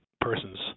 persons